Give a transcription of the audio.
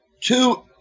two